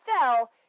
fell